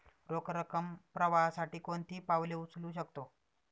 रोख रकम प्रवाहासाठी कोणती पावले उचलू शकतो?